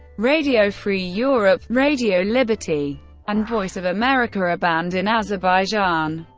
radio free europe radio liberty and voice of america are banned in azerbaijan.